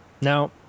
Now